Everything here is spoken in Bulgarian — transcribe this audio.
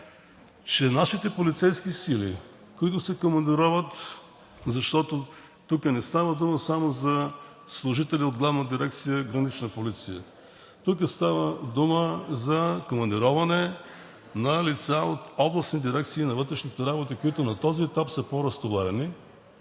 че нашите полицейски сили, които се командироват, защото тук не става дума само за служители от Главна дирекция „Гранична полиция“, тук става дума за командироване на лица от областните дирекции на вътрешните работи, които на този етап са по разтоварени